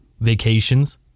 Vacations